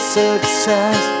success